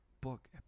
book